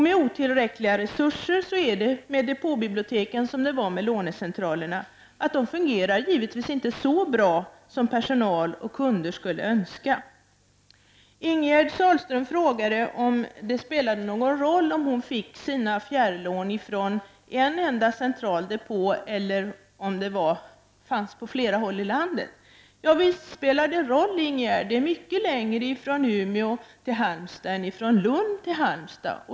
Med otillräckliga resurser är det med depåbiblioteken som det var med lånecentralerna: de fungerar givetvis inte så bra som personal och kunder skulle önska. Ingegerd Sahlström frågade om det spelade någon roll om hon fick sina fjärrlån från en enda central depå eller om de fanns på flera håll i landet. Visst spelar det roll! Det är mycket längre från Umeå till Halmstad än från Lund till Halmstad.